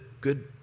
good